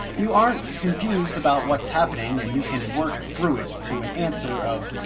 you aren't confused about what's happening and you can work through it to an answer of